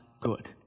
good